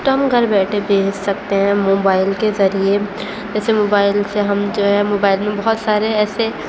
تو ہم گھر بیٹھے بھیج سکتے ہیں موبائل کے ذریعے جیسے موبائل سے ہم جو ہے موبائل میں بہت سارے ایسے